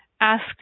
ask